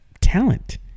talent